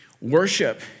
Worship